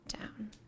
down